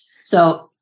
So-